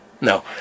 No